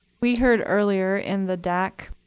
we heard earlier, in the dac